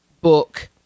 book